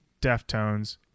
Deftones